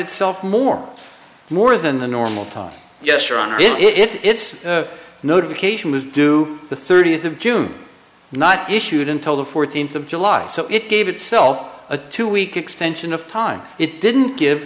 itself more more than the normal time yes your honor in its notification was due the thirtieth of june not issued until the fourteenth of july so it gave itself a two week extension of time it didn't give